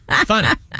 funny